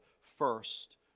first